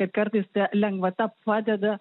ir kartais ta lengvata padeda